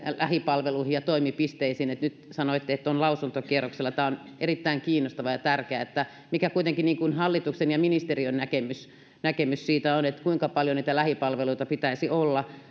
lähipalveluihin ja toimipisteisiin nyt sanoitte että on lausuntokierroksella mutta on kuitenkin erittäin kiinnostavaa ja tärkeää mikä hallituksen ja ministeriön näkemys näkemys on siitä kuinka paljon niitä lähipalveluita pitäisi olla